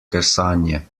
kesanje